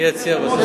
אני אציע בסוף.